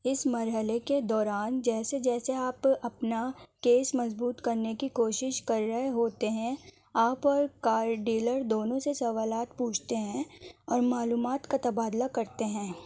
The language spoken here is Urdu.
اس مرحلے کے دوران جیسے جیسے آپ اپنا کیس مضبوط کرنے کی کوشش کر رہے ہوتے ہیں آپ اور کار ڈیلر دونوں سے سوالات پوچھتے ہیں اور معلومات کا تبادلہ کرتے ہیں